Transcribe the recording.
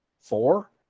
Four